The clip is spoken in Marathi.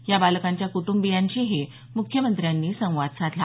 या बालकांच्या कुटूंबियांशीही मुख्यमंत्र्यांनी संवाद साधला